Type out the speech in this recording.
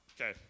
Okay